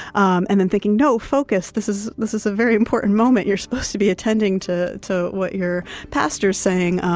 um and then thinking no, focus. this is this is a very important moment. you're supposed to be attending to to what your pastor is saying.